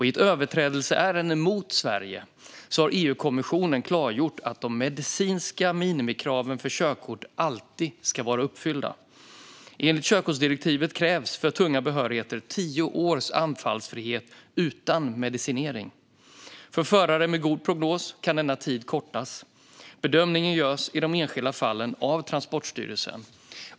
I ett överträdelseärende mot Sverige har EU-kommissionen klargjort att de medicinska minimikraven för körkort alltid ska vara uppfyllda. Enligt körkortsdirektivet krävs för tunga behörigheter tio års anfallsfrihet utan medicinering. För förare med god prognos kan denna tid kortas. Bedömningen görs i de enskilda fallen av Transportstyrelsen.